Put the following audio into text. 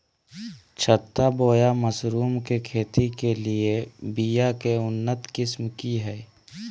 छत्ता बोया मशरूम के खेती के लिए बिया के उन्नत किस्म की हैं?